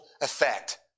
effect